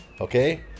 Okay